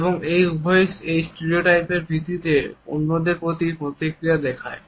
এবং উভয়েই এই স্টেরিওটাইপের ভিত্তিতে অন্যদের প্রতি প্রতিক্রিয়া দেখায়